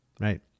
right